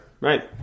Right